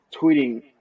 tweeting